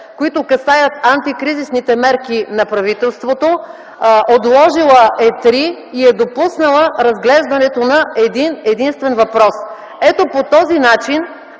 които касаят антикризисните мерки на правителството, отложила е 3 и е допуснала разглеждането на един-единствен въпрос. Ето, по този начин